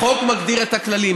החוק מגדיר את הכללים.